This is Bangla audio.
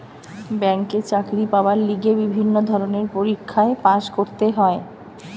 ব্যাংকে চাকরি পাবার লিগে বিভিন্ন ধরণের পরীক্ষায় পাস্ করতে হয়